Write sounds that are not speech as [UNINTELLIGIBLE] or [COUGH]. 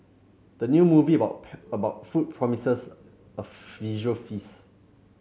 the new movie about [UNINTELLIGIBLE] about food promises a visual feast